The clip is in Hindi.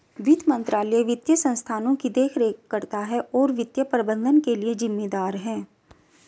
वित्त मंत्रालय वित्तीय संस्थानों की देखरेख करता है और वित्तीय प्रबंधन के लिए जिम्मेदार है